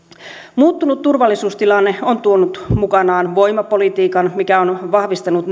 muuttunut turvallisuustilanne on tuonut mukanaan voimapolitiikan mikä on vahvistanut